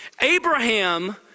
Abraham